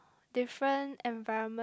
different environment